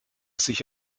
sich